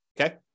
okay